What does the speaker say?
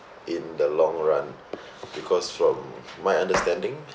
in the long run because from my understanding